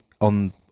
on